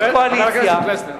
חבר הכנסת פלסנר.